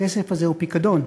הכסף הזה הוא פיקדון.